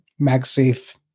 MagSafe